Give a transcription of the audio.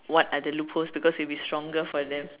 what are the loopholes because it'll be stronger for them